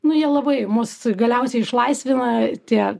nu jie labai mus galiausiai išlaisvina tie